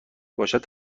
باشد